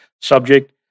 subject